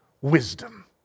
wisdom